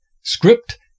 Script